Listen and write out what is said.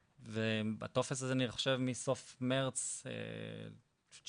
והטופס הזה אני חושב מסוף מרץ 2020